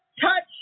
touch